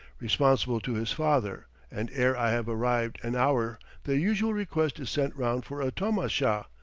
responsible to his father and ere i have arrived an hour the usual request is sent round for a tomasha,